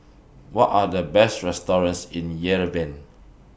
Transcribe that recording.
What Are The Best restaurants in Yerevan